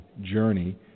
journey